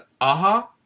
Aha